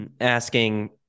asking